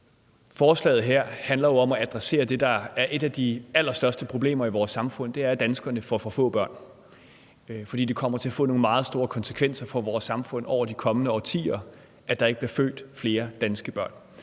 forslaget her handler jo om at adressere det, der er et af de allerstørste problemer i vores samfund, nemlig at danskerne får for få børn. For det kommer til at få nogle meget store konsekvenser for vores samfund over de kommende årtier, at der ikke bliver født flere danske børn.